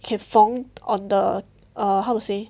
can 锋 on the err how to say